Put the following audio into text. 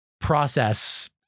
process